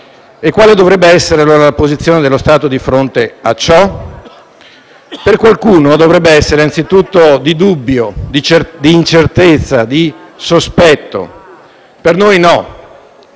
Quale dovrebbe essere, allora, la posizione dello Stato di fronte a ciò? Per qualcuno dovrebbe essere anzitutto di dubbio, incertezza e sospetto; per noi no: